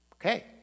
Okay